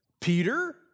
Peter